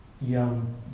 young